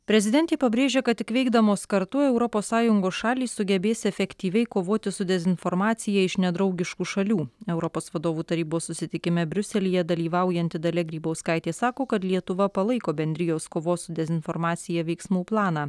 prezidentė pabrėžė kad tik veikdamos kartu europos sąjungos šalys sugebės efektyviai kovoti su dezinformacija iš nedraugiškų šalių europos vadovų tarybos susitikime briuselyje dalyvaujanti dalia grybauskaitė sako kad lietuva palaiko bendrijos kovos su dezinformacija veiksmų planą